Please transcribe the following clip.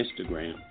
Instagram